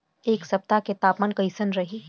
एह सप्ताह के तापमान कईसन रही?